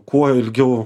kuo ilgiau